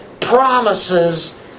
promises